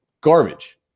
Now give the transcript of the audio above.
garbage